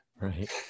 Right